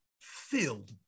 filled